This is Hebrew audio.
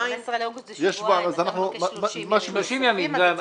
לא, 15 באוגוסט זה שבועיים ואנחנו מבקשים 30 ימים.